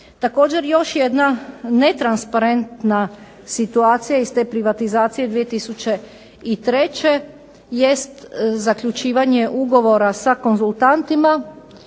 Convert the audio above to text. Također još jedna netransparentna situacija iz te privatizacije 2003. jest zaključivanje ugovora sa konzultantima